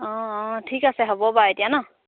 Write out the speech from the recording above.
অঁ অঁ ঠিক আছে হ'ব বাৰু এতিয়া নহ্